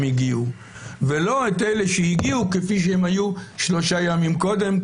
הגיעו ולא את אלה שהגיעו כפי שהם היו שלושה ימים קודם,